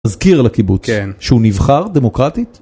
מזכיר לקיבוץ, שהוא נבחר דמוקרטית?